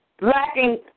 lacking